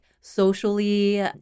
socially